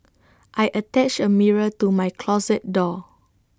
I attached A mirror to my closet door